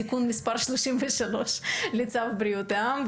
בתיקון מספר 33 לצו בריאות העם.